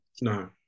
No